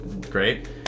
great